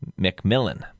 McMillan